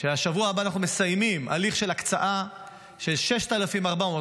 שבשבוע הבא אנחנו מסיימים הליך של הקצאה של 6,400,